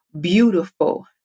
beautiful